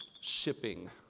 shipping